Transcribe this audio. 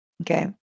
Okay